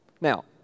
Now